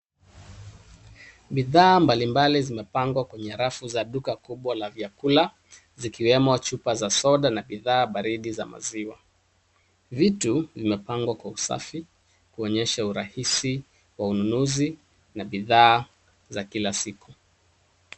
Bidhaa mbalimbali zimepangwa kwenye rafu za duka kubwa la vyakula zikiwemo chupa za soda na bidhaa baridi za maziwa. Vitu vimepangwa kwa usafi, kuonyesha urahisi wa ununuzi na bidhaa za kila siku.